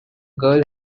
girl